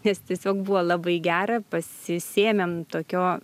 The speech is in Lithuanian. nes tiesiog buvo labai gera pasisėmėm tokio